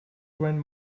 grand